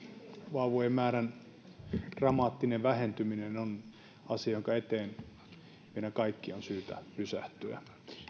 vauvojen määrän dramaattinen vähentyminen on asia jonka eteen meidän kaikkien on syytä pysähtyä